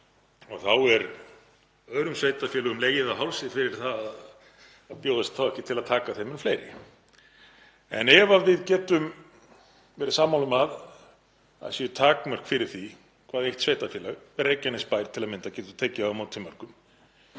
Þá er öðrum sveitarfélögum legið á hálsi fyrir að bjóðast þá ekki til að taka við þeim mun fleiri. Ef við getum verið sammála um að það séu takmörk fyrir því hvað eitt sveitarfélag, Reykjanesbær til að mynda, getur tekið á móti mörgum